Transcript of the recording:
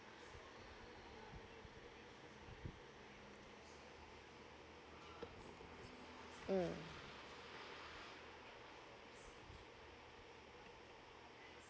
mm